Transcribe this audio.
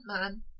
man